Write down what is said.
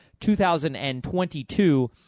2022